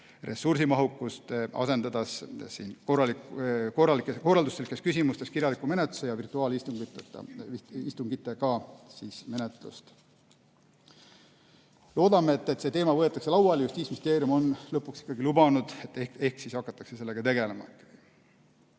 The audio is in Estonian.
ressursimahukust, asendades need korralduslikes küsimustes kirjaliku menetluse ja virtuaalistungitega. Loodame, et see teema võetakse lauale. Justiitsministeerium on lõpuks seda ikkagi lubanud, ehk siis hakatakse sellega ka tegelema.